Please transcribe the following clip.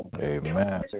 Amen